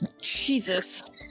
Jesus